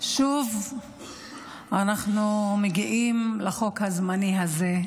שוב אנחנו מגיעים לחוק הזמני הזה,